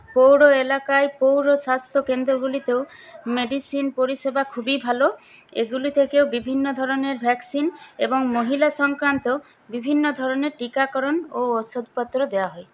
পৌর এলাকায় পৌর স্বাস্থ্যকেন্দ্রগুলিতেও মেডিসিন পরিষেবা খুবই ভালো এগুলি থেকেও বিভিন্ন ধরনের ভ্যাকসিন এবং মহিলা সংক্রান্ত বিভিন্ন ধরনের টিকাকরণ ও ওষুধপত্র দেওয়া হয়